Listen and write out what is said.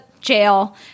jail